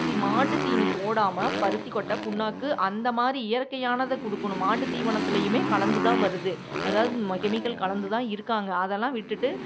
தி மாட்டு தீனி போடாமல் பருத்திக்கொட்டை புண்ணாக்கு அந்த மாதிரி இயற்கையானதை கொடுக்கணும் மாட்டு தீவனத்துலையுமே கலந்துதான் வருது அதாவது கெமிக்கல் கலந்துதான் இருக்காங்க அதல்லாம் விட்டுட்டு